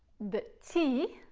the t,